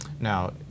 Now